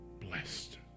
blessed